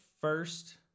first